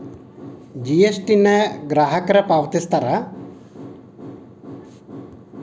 GST ನ ಗ್ರಾಹಕರೇ ಪಾವತಿಸ್ತಾರಾ